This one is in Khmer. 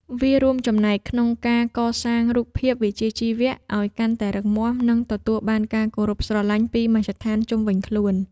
វារួមចំណែកក្នុងការកសាងរូបភាពវិជ្ជាជីវៈ ឱ្យកាន់តែរឹងមាំ និងទទួលបានការគោរពស្រឡាញ់ពីមជ្ឈដ្ឋានជុំវិញខ្លួន។